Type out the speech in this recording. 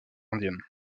indienne